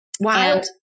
wild